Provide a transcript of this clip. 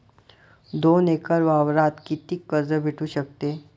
दोन एकर वावरावर कितीक कर्ज भेटू शकते?